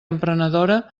emprenedora